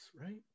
right